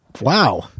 Wow